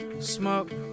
Smoke